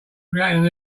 creating